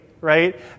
right